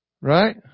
Right